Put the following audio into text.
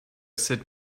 sit